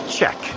Check